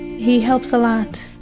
he helps a lot.